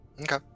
Okay